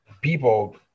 people